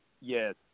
Yes